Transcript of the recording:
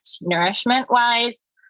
nourishment-wise